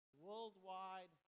worldwide